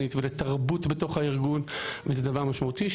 לצד הנושא של